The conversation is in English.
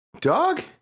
Dog